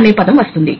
వద్ద విడుదల అవుతుంది